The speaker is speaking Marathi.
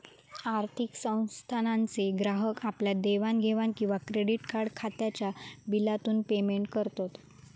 आर्थिक संस्थानांचे ग्राहक आपल्या घेवाण देवाण किंवा क्रेडीट कार्ड खात्याच्या बिलातून पेमेंट करत